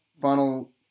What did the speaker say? final